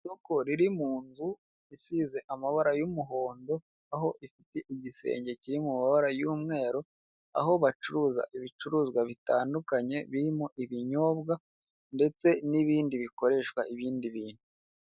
Isoko riri munzu isize amabara y'umuhondo, aho ifite igisenge kiri mumabara y'umweru, aho bacuruza ibicuruzwa bitandukanye birimo; ibinyobwa ndetse n'ibindi bikoreshwa ibindi bintu.